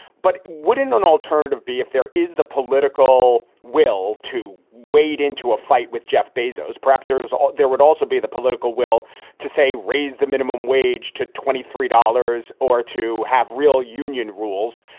but wouldn't an alternative be if there is the political will to wade into a fight with jeff bezos, perhaps there it is. there would also be the political will to say, raise the minimum wage to twenty three dollars or to have real union rules.